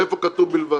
איפה כתוב ובלבד?